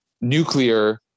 nuclear